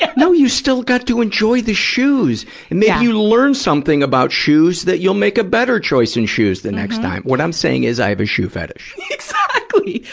yeah no, you still go to enjoy the shoes. and if you learn something about shoes that you'll make a better choice in shoes the next time. what i'm saying is i have a shoe fetish. exactly!